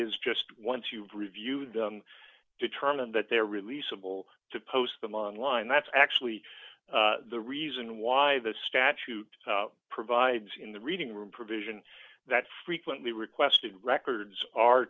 is just once you've reviewed them determined that there releasable to post them online that's actually the reason why the statute provides in the reading room provision that frequently requested records are